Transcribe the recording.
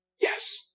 Yes